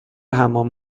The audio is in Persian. حمام